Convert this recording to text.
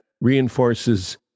reinforces